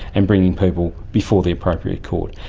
and bringing people before the appropriate court.